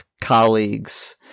colleagues